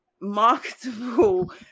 marketable